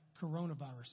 coronavirus